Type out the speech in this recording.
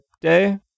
Day